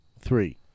Three